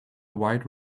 white